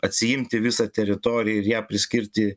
atsiimti visą teritoriją ir ją priskirti